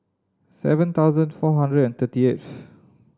seven thousand four hundred and thirty eighth